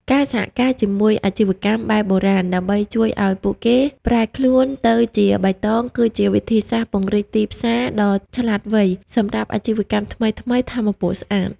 ការសហការជាមួយ "អាជីវកម្មបែបបុរាណ" ដើម្បីជួយឱ្យពួកគេប្រែខ្លួនទៅជាបៃតង គឺជាវិធីសាស្ត្រពង្រីកទីផ្សារដ៏ឆ្លាតវៃសម្រាប់អាជីវកម្មថ្មីៗ ថាមពលស្អាត។